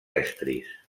estris